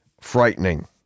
frightening